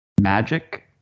magic